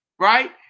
right